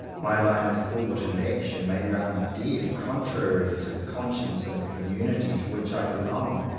my line of thought and action may run dead contrary to the con science of the community to which i belong,